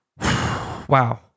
Wow